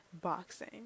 boxing